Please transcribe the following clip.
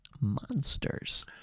monsters